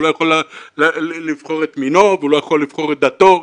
הוא לא יכול לבחור את מינו והוא לא יכול לבחור את דתו.